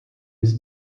his